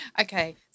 Okay